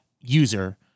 user